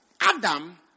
Adam